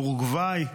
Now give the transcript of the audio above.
אורוגוואי.